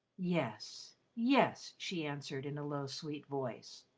yes, yes, she answered, in a low, sweet voice.